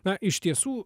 na iš tiesų